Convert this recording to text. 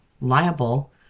liable